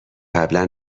قبلا